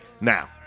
now